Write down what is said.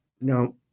Now